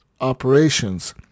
operations